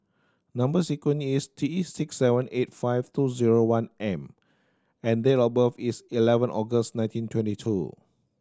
number sequence is T six seven eight five two zero one M and date of birth is eleven August nineteen twenty two